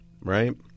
Right